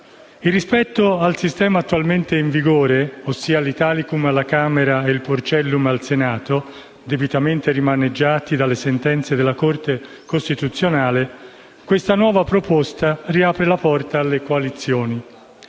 Rispetto al sistema attualmente in vigore, ossia l'Italicum alla Camera e il Porcellum al Senato, debitamente rimaneggiati dalle sentenze della Corte costituzionale, questa nuova proposta riapre la porta alle coalizioni,